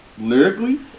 lyrically